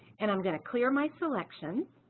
and i'm going to clear my selection.